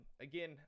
Again